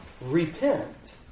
Repent